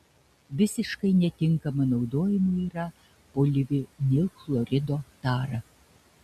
visiškai netinkama naudojimui yra polivinilchlorido tara